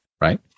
Right